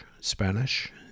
Spanish